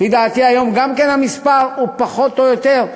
לפי דעתי גם כן המספר הוא פחות או יותר,